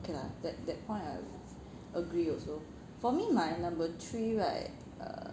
okay lah that that point I agree also for me my number three right err